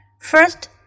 first